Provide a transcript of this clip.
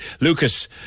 Lucas